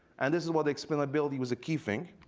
and this is what explainability was a key thing.